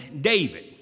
David